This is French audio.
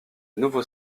nouveau